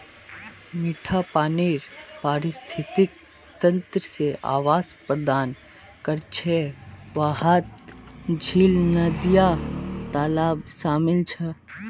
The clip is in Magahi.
मिठा पानीर पारिस्थितिक तंत्र जे आवास प्रदान करछे वहात झील, नदिया, तालाब शामिल छे